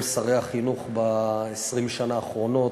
עם כל שרי החינוך ב-20 השנה האחרונות,